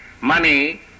money